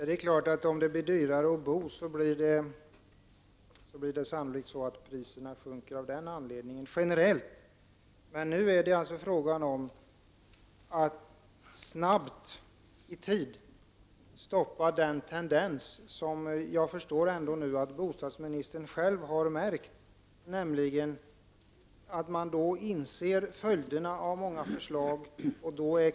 Herr talman! Ja, det är klart, att om det blir dyrare att bo, blir det sannolikt så, att priserna generellt sjunker. Men nu är det alltså fråga om att snabbt, i tid, stoppa den tendens som jag förstår att bostadsministern själv har märkt, nämligen att man då inser följderna av vissa förslag.